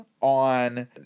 on